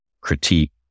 critique